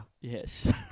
Yes